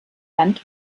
land